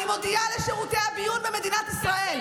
תקשיבי,